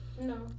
No